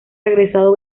regresado